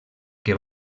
que